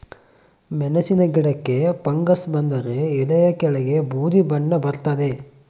ಮೆಣಸಿನ ಗಿಡಕ್ಕೆ ಫಂಗಸ್ ಬಂದರೆ ಎಲೆಯ ಕೆಳಗೆ ಬೂದಿ ಬಣ್ಣ ಬರ್ತಾದೆ